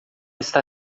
está